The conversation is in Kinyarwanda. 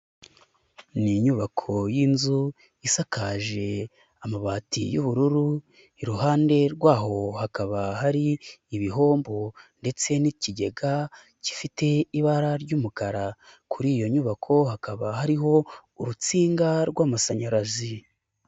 Ni inyubako y'inzu isakaje amabati y'ubururu, iruhande rwaho hakaba hari ibihombo ndetse n'ikigega gifite ibara ry'umukara. Kuri iyo nyubako hakaba hariho urutsinga rw'amashanyarazi.